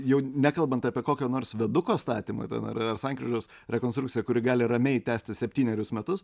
jau nekalbant apie kokio nors viaduko statymą ten ar ar sankryžos rekonstrukciją kuri gali ramiai tęsti septynerius metus